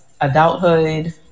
adulthood